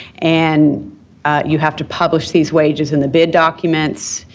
and you have to publish these wages in the bid documents,